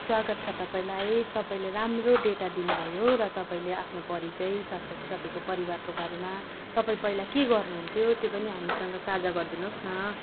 स्वागत छ तपाईँलाई तपाईँले राम्रो डेटा दिनु भयो र तपाईँले आफ्ने परिचय साथ साथै तपाईँको परिवारको बारेमा तपाईँ पहिला के गर्नु हुन्थ्यो त्यो पनि हामीसँग साझा गरिदिनु होस् न